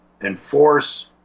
enforce